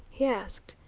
he asked.